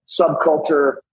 subculture-